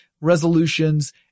resolutions